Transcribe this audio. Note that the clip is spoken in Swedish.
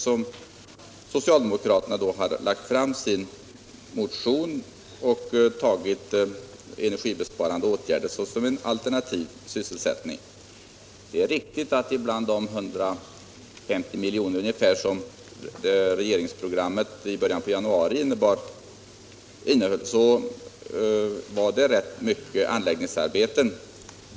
Man har alltså fört fram den sysselsättning som skulle skapas genom energibesparande åtgärder såsom en alternativ sysselsättning. Det är riktigt att de ungefär 150 miljoner som regeringens i början av januari framlagda program innehöll till rätt stor del avsåg anläggningsarbeten.